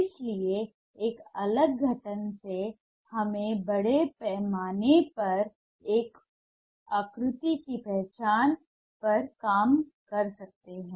इसलिए एक अलग गठन से हम बड़े पैमाने पर एक आकृति की पहचान पर काम कर सकते हैं